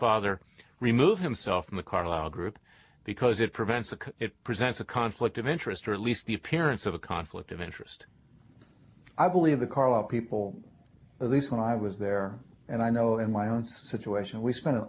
father remove himself from the carlyle group because it prevents it presents a conflict of interest or at least the appearance of a conflict of interest i believe the carla people of this when i was there and i know in my own situation we spent an